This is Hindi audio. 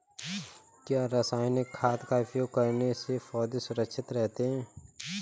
क्या रसायनिक खाद का उपयोग करने से पौधे सुरक्षित रहते हैं?